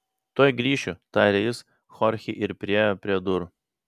tuoj grįšiu tarė jis chorchei ir priėjo prie durų